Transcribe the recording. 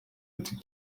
ati